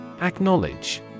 Acknowledge